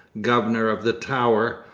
governor of the tower,